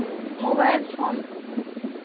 mobile phone